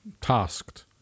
tasked